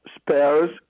spares